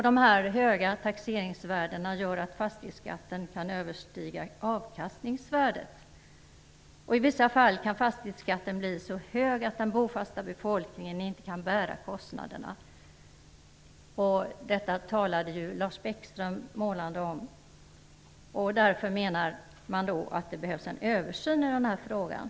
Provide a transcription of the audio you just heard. De här höga taxeringsvärdena gör att fastighetsskatten kan överstiga avkastningsvärdet, och i vissa fall kan fastighetsskatten bli så hög att den bofasta befolkningen inte kan bära kostnaderna. Lars Bäckström talade i sitt anförande målande om detta. Vänsterpartiet menar därför att det behövs en översyn i den här frågan.